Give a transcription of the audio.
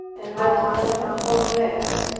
and that more or less,